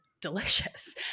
delicious